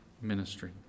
ministry